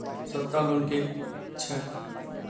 सस्ता लोन केँ छैक